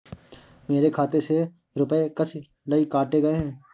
मेरे खाते से रुपय किस लिए काटे गए हैं?